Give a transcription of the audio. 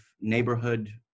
neighborhood